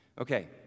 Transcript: Okay